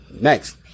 next